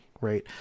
right